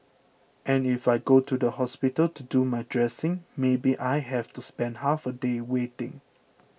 and if I go to the hospital to do my dressing maybe I have to spend half a day waiting